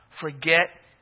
Forget